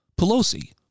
Pelosi